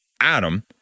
Adam